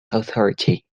authority